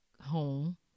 home